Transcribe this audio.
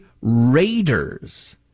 raiders